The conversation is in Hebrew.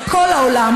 אבל כל העולם,